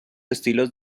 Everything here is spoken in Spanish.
estilos